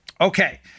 Okay